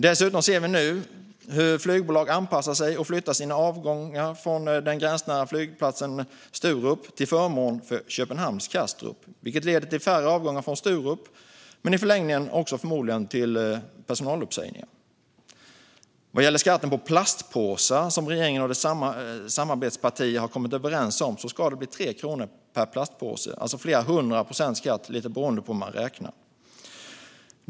Dessutom ser vi nu hur flygbolag anpassar sig och flyttar sina avgångar från den gränsnära flygplatsen Sturup till förmån för Köpenhamns flygplats Kastrup, vilket leder till färre avgångar från Sturup och i förlängningen förmodligen också till uppsägningar av personal. Skatten på plastpåsar, som regeringen och dess samarbetspartier har kommit överens om, ska bli 3 kronor per plastpåse, alltså flera hundra procents skatt, lite beroende på hur man räknar.